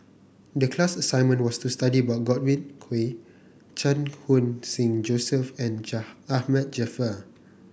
the class assignment was to study about Godwin Koay Chan Khun Sing Joseph and Jaa Ahmad Jaafar